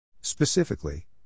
Specifically